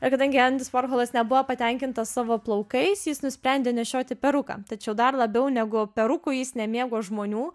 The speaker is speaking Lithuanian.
ir kadangi endis vorholas nebuvo patenkintas savo plaukais jis nusprendė nešioti peruką tačiau dar labiau negu peruku jis nemėgo žmonių